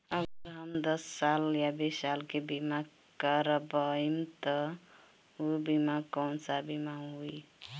अगर हम दस साल या बिस साल के बिमा करबइम त ऊ बिमा कौन सा बिमा होई?